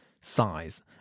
size